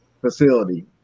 facility